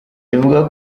bivugwa